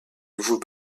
nouveaux